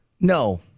No